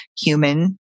human